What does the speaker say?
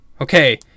Okay